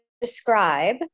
describe